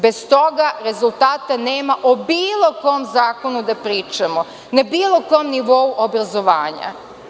Bez toga rezultata nema o bilo kom zakonu da pričamo, na bilo kom nivou obrazovanja.